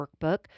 workbook